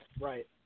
Right